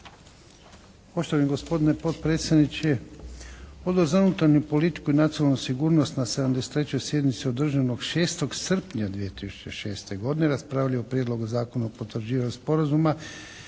Poštovani gospodine potpredsjedniče, Odbor za unutarnju politiku i nacionalnu sigurnost na 73. sjednici održanoj 6. srpnja 2006. godine raspravljao je o Prijedlogu Zakona o potvrđivanju sporazuma